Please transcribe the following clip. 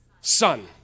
Son